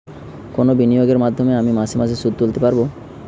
কোন বিনিয়োগের মাধ্যমে আমি মাসে মাসে সুদ তুলতে পারবো?